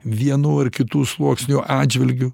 vienų ar kitų sluoksnių atžvilgiu